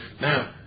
Now